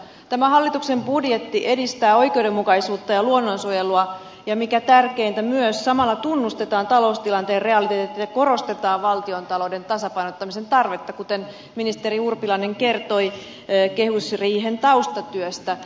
tämä hallituksen budjetti edistää oikeudenmukaisuutta ja luonnonsuojelua ja mikä tärkeintä samalla tunnustetaan taloustilanteen realiteetit ja korostetaan valtiontalouden tasapainottamisen tarvetta kuten ministeri urpilainen kertoi kehysriihen taustatyöstä